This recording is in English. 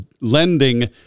lending